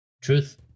Truth